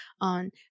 on